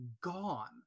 gone